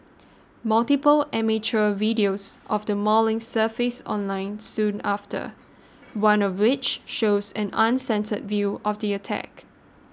multiple amateur videos of the mauling surfaced online soon after one of which shows an uncensored view of the attack